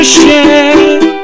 share